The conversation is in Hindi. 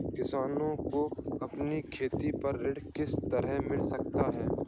किसानों को अपनी खेती पर ऋण किस तरह मिल सकता है?